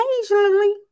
Occasionally